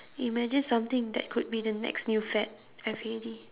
imagine something that could be the next new fad F A D